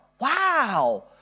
wow